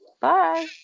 Bye